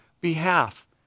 behalf